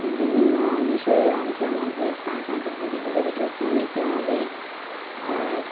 বিভিন্ন বিষয়ের অংশের মধ্যে স্থান সম্পর্কে বিশেষভাবে যত্নও নিতে হবে